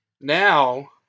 Now